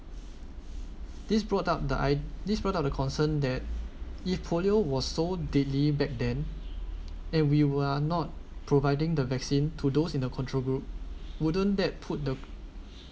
this brought up the id~ this brought of the concerned that if polio was so deadly back then and we were not providing the vaccine to those in the control group wouldn't that put the